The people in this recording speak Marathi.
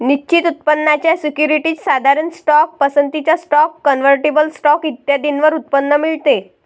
निश्चित उत्पन्नाच्या सिक्युरिटीज, साधारण स्टॉक, पसंतीचा स्टॉक, कन्व्हर्टिबल स्टॉक इत्यादींवर उत्पन्न मिळते